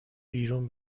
بیرون